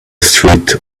street